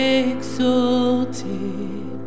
exalted